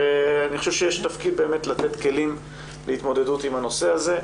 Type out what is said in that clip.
ואני חושב שיש תפקיד באמת לתת כלים להתמודדות עם הנושא הזה.